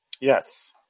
Yes